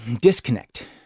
disconnect